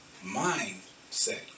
mindset